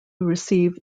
receive